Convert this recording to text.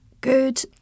good